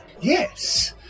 Yes